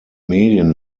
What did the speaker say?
medien